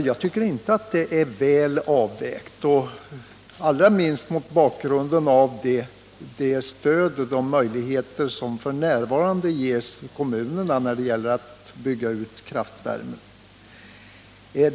Jag tycker inte att stödet är väl avvägt, allra minst mot bakgrund av de dåliga möjligheter som f. n. ges kommunerna bl.a. när det gäller att bygga ut kraftvärmen.